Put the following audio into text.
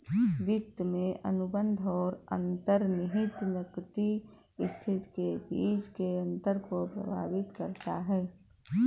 वित्त में अनुबंध और अंतर्निहित नकदी स्थिति के बीच के अंतर को प्रभावित करता है